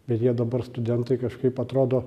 bet jie dabar studentai kažkaip atrodo